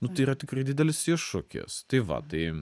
nu tai yra tikrai didelis iššūkis tai va tai